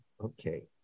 okay